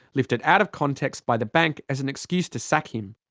lifted out of context by the bank as an excuse to sack him.